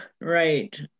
right